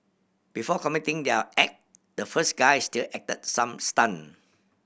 before committing their act the first guy still acted some stunt